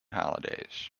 holidays